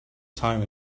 time